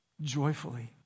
joyfully